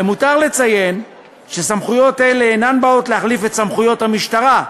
למותר לציין שסמכויות אלה אינן באות להחליף את סמכויות המשטרה,